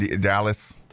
Dallas